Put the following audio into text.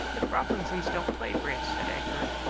the froplinsons don't play bridge, said egbert.